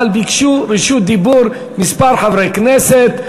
אבל ביקשו רשות דיבור כמה חברי כנסת.